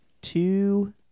Two